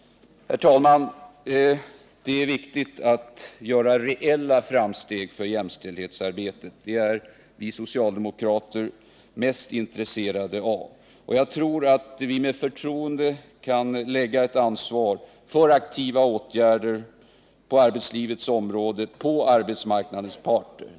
Herr talman! Det är viktigt att göra reella framsteg för jämställdheten. Det är det vi socialdemokrater är mest intresserade av. Jag tror att vi med förtroende kan lägga ett ansvar för aktiva åtgärder på arbetslivets område på arbetsmarknadens parter.